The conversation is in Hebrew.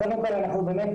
קודם כל אנחנו באמת,